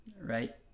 right